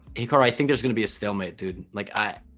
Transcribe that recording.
hey car i think there's gonna be a stalemate dude like i